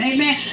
Amen